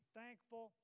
thankful